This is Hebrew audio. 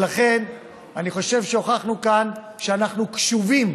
ולכן אני חושב שהוכחנו כאן שאנחנו קשובים